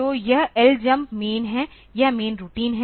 तो यह Ljmp main है यह मैन रूटीन है